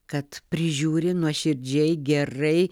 kad prižiūri nuoširdžiai gerai